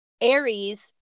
Aries